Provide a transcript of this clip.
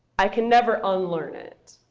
i can never unlearn it.